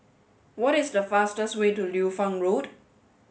what is the fastest way to Liu Fang Road